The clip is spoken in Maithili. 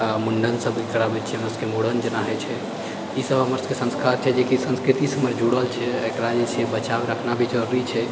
आ मुंडन सब भी कराबै छियै हमर सभकेँ मुड़न जेना होइ छै ई सब हमर सबकेँ संस्कार छियै जे कि संस्कृति सङ्गे जुड़ल छियै एकरामे छै बचाकऽ रखना भी जरुरी छै